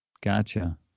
Gotcha